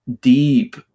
deep